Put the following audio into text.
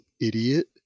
idiot